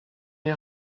nie